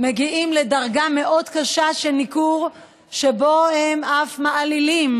מגיעים לדרגה מאוד קשה של ניכור שבו הם אף מעלילים